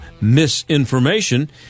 misinformation